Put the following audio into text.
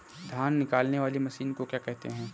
धान निकालने वाली मशीन को क्या कहते हैं?